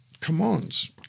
commands